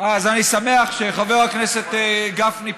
אז אני שמח שחבר הכנסת גפני פה.